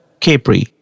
capri